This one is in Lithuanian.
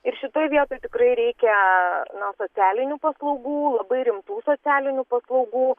ir šitoj vietoj tikrai reikia na socialinių paslaugų labai rimtų socialinių paslaugų